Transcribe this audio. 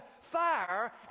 fire